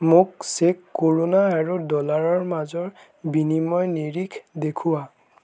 মোক চেক কৰুনা আৰু ডলাৰৰ মাজৰ বিনিময় নিৰিখ দেখুওৱা